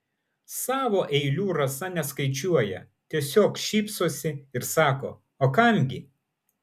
savo eilių rasa neskaičiuoja tiesiog šypsosi ir sako o kam gi